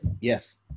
yes